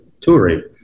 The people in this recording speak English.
touring